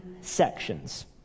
sections